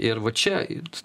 ir va čia it